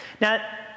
Now